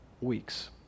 weeks